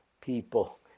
people